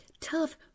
tough